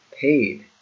paid